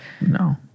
No